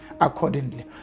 Accordingly